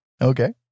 Okay